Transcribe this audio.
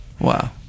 Wow